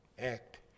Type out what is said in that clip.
act